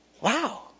wow